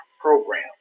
program